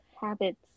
Habits